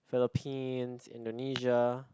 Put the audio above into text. Philippines Indonesia